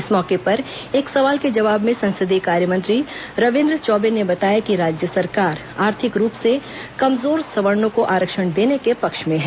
इस मौके पर एक सवाल के जवाब में संसदीय कार्य मंत्री रविन्द्र चौबे ने बताया कि राज्य सरकार आर्थिक रूप से कमजोर सवर्णों को आरक्षण देने के पक्ष में है